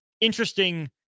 interesting